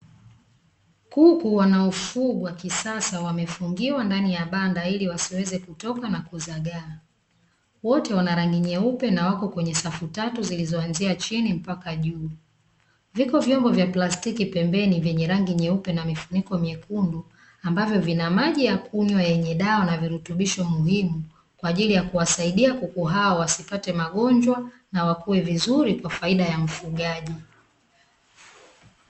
kuku wanaofugwa kisasa wamefungiwa ndani ya banda ili wasiweze kutoka na kuzagaa, wote wana rangi nyeupe na wako kwenye safu tatu zilizoanzia chini mpaka juu. viko vyombo vya plastiki pembeni vyenye rangi nyeupe namifuniko mekundu, ambavyo vina maji ya kunywa yenye dawa na virutubisho muhimu kwa ajili ya kuwasaidia kuku hawa wasipate magojwa na wakue vizuri kwa faida ya mfugaji.